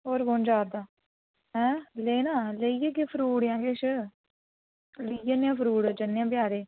होर कु'न जा दा ऐं लेना लेई जाह्गे फरूट जां किश लेई जन्ने आं फरूट जन्ने आं बजारै